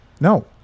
no